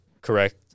correct